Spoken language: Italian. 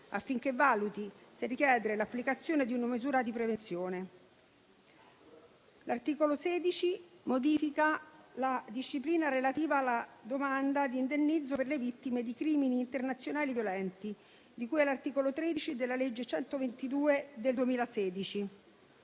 affinché valuti se richiedere l'applicazione di una misura di prevenzione. L'articolo 16 modifica la disciplina relativa alla domanda di indennizzo per le vittime di crimini internazionali violenti, di cui all'articolo 13 della legge n. 122 del 2016.